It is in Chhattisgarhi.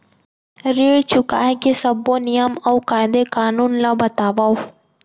ऋण चुकाए के सब्बो नियम अऊ कायदे कानून ला बतावव